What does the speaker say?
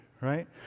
right